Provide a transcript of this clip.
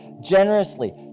generously